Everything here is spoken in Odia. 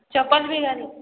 ଚପଲ୍ ବି ଆରୁ